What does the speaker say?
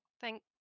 Thank